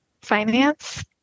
finance